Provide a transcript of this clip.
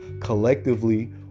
Collectively